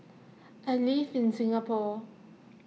I live in Singapore